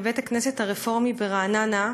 בבית-הכנסת הרפורמי ברעננה,